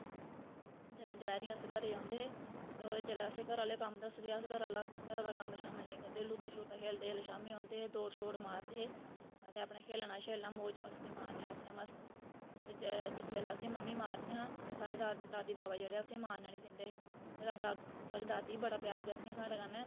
जेल्लै दपैह्रीं अस घरै गी औंदे हे ते ओह् जेल्लै असें ई घरै आह्ले कम्म दसदे ते अस घरै दा कम्म नेईं करदे लूत्ता खेल्लदे ते जेल्लै शामीं औंदे ते दौड़ मारदे ते अपने खेल्लना ते मौज़ मस्ती मारनी अपने बस ते जिस बेल्लै असेंगी मम्मी मारदियां हियां ते साढ़ी दादी बावा असेंगी मारना निं दिंदे हे ते साढ़ी दादी बी बड़ा प्यार करदियां हियां साढ़े कन्नै